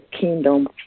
kingdom